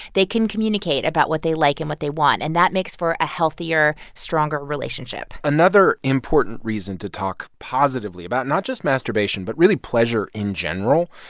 they can communicate about what they like and what they want, and that makes for a healthier, stronger relationship another important reason to talk positively about not just masturbation, but really pleasure in general,